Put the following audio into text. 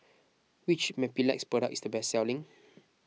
which Mepilex product is the best selling